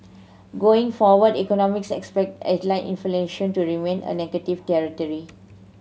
going forward economist expect headline inflation to remain a negative territory